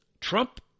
Trump